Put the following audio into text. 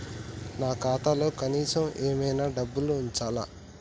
నా ఖాతాలో కనీసం ఏమన్నా డబ్బులు ఉంచాలా?